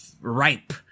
ripe